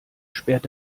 sperrt